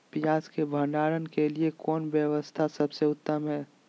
पियाज़ के भंडारण के लिए कौन व्यवस्था सबसे उत्तम है?